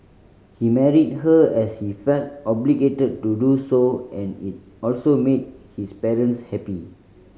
he married her as he felt obligated to do so and it also made his parents happy